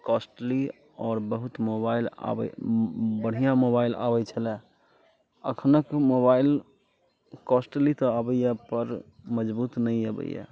costly आओर बहुत mobile आबै बढ़िआँ मोबाइल आबैत छलै अखनोके मोबाइल कॉस्टली तऽ अबैया पर मजबूत नहि अबैया